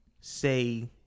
say